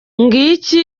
ngiki